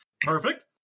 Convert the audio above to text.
Perfect